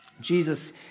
Jesus